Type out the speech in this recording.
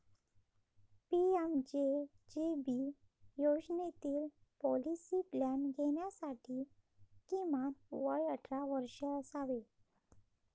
PMJJB योजनेतील policy plan घेण्यासाठी किमान वय अठरा वर्षे असावे